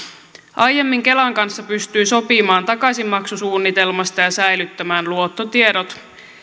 aiemmin kelan kanssa pystyi sopimaan takaisinmaksusuunnitelmasta ja säilyttämään luottotiedot